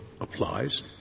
applies